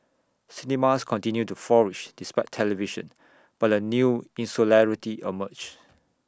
cinemas continued to flourish despite television but A new insularity emerged